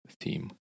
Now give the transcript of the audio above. theme